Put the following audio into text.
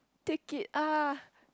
take it ah